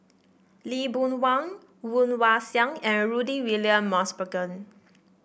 Lee Boon Wang Woon Wah Siang and Rudy William Mosbergen